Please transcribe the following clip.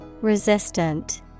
Resistant